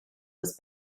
was